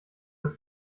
dass